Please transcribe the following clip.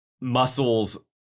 muscles